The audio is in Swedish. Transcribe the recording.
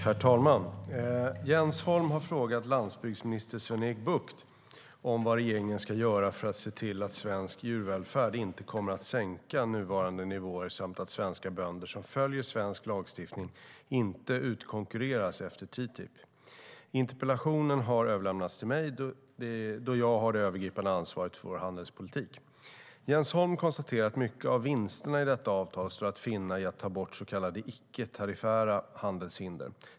Herr talman! Jens Holm har frågat landsbygdsminister Sven-Erik Bucht vad regeringen ska göra för att se till att svensk djurvälfärd inte kommer att sänka nuvarande nivåer samt att svenska bönder som följer svensk lagstiftning inte utkonkurreras efter TTIP. Interpellationen har överlämnats till mig, då jag har det övergripande ansvaret för vår handelspolitik. Jens Holm konstaterar att mycket av vinsterna i detta avtal står att finna i att ta bort så kallade icke-tariffära handelshinder.